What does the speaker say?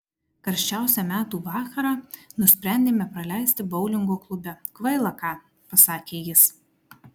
karščiausią metų vakarą nusprendėme praleisti boulingo klube kvaila ką pasakė jis